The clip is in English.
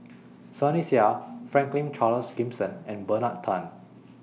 Sunny Sia Franklin Charles Gimson and Bernard Tan